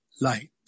light